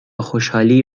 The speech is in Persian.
خوشحالی